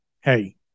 hey